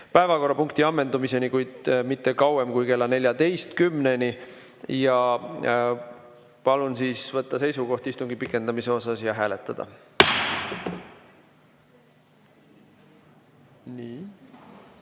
päevakorrapunkti ammendumiseni, kuid mitte kauem kui kella 14-ni. Palun siis võtta seisukoht istungi pikendamise osas ja hääletada!